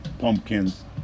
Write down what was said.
pumpkins